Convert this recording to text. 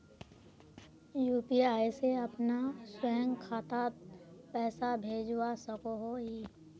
UPI से अपना स्वयं खातात पैसा भेजवा सकोहो ही?